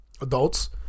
adults